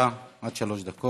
השרה, בבקשה, עד שלוש דקות.